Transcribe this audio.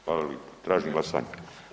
Hvala lipo, tražim glasanje.